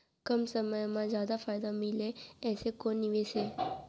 कम समय मा जादा फायदा मिलए ऐसे कोन निवेश हे?